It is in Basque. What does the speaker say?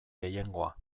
gehiengoa